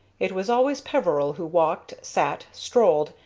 it was always peveril who walked, sat, strolled,